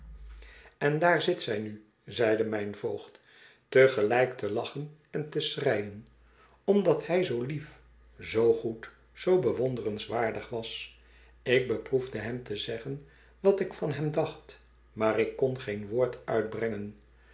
en daar zit zij nu zeide mijn voogd te gelijk te lachen en te schreien omdat hij zoo lief zoo goed zoo bewonderenswaardig was ik beproefde hem te zeggen wat ik van hem dacht maar ik kon geen woord uitbrengen